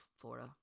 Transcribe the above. Florida